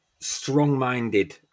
strong-minded